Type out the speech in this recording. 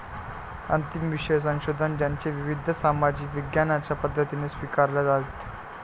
अंतिम विषय संशोधन ज्याने विविध सामाजिक विज्ञानांच्या पद्धती स्वीकारल्या आहेत